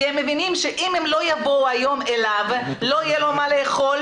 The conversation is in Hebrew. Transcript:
כי הם מבינים שאם הם לא יבואו היום אליו לא יהיה לו מה לאכול